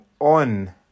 on